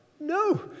No